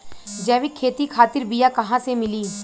जैविक खेती खातिर बीया कहाँसे मिली?